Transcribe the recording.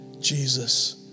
Jesus